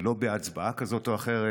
ולא בהצבעה כזאת או אחרת.